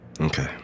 Okay